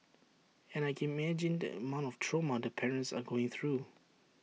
and I can imagine the amount of trauma the parents are going through